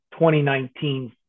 2019